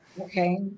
Okay